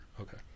okay